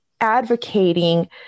advocating